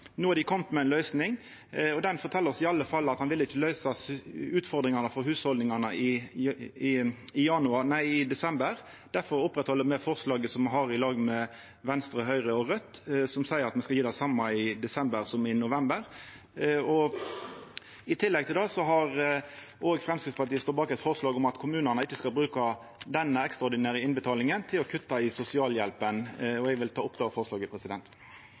No har dei kome med ei løysing, og ho fortel oss i alle fall at ho ikkje vil løysa utfordringane for hushalda i desember. Difor held me ved lag forslaget me har i lag med Venstre, Høgre og Raudt, kor det står at me skal gje det same i desember som i november. I tillegg står Framstegspartiet bak eit forslag om at kommunane ikkje skal bruka denne ekstraordinære innbetalinga til å kutta i sosialhjelpa, og eg vil ta opp det forslaget.